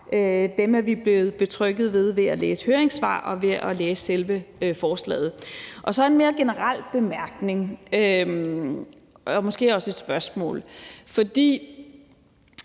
men vi er blevet betrygget ved at læse høringssvar og ved at læse selve forslaget. Så har jeg en mere generel bemærkning og måske også et spørgsmål. I